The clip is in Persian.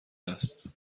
است